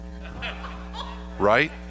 Right